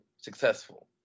successful